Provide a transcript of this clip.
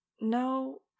No